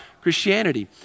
Christianity